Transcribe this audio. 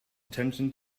attention